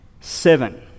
seven